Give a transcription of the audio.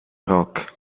rock